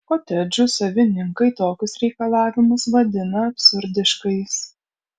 kotedžų savininkai tokius reikalavimus vadina absurdiškais